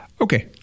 Okay